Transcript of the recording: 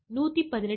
11